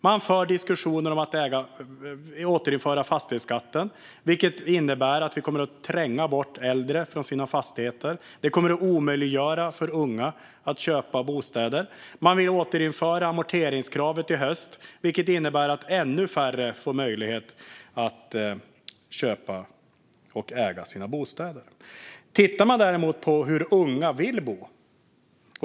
Man för diskussioner om att återinföra fastighetsskatten, vilket skulle tränga bort äldre från deras fastigheter. Det skulle också omöjliggöra för unga att köpa bostäder. Man vill återinföra amorteringskravet i höst, vilket skulle innebära att ännu färre får möjlighet att köpa och äga sin bostad. Vi kan titta på hur unga vill bo.